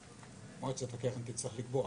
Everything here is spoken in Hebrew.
מועצת הקרן תצטרך לקבוע,